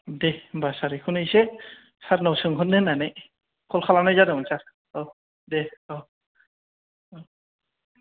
दे होमबा सार बेखौनो इसे सारनाव सोंहरनो होननानै खल खालामनाय जादोंमोन सार औ दे औ